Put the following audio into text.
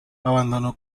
abandonó